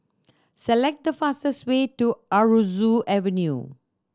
select the fastest way to Aroozoo Avenue